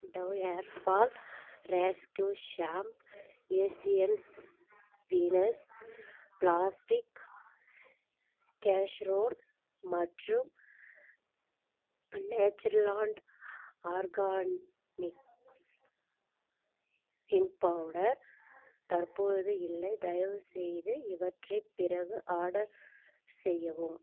tau hair fall rescue shampoo Asian Venus plastic casserole மற்றும் Natureland Organics hing powder தற்போது இல்லை தயவுசெய்து இவற்றை பிறகு ஆடர் செய்யவும்